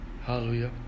Hallelujah